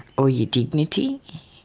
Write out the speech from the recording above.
all your dignity.